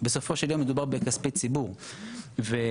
וההעברה לגורמים פרטיים,